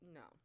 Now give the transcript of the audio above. no